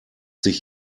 sich